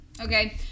Okay